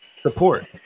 support